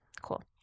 Cool